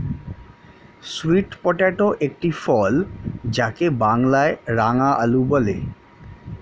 sweet potato একটি ফল যাকে বাংলায় রাঙালু বলে